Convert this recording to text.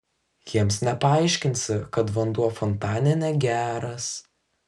jiems nepaaiškinsi kad vanduo fontane negeras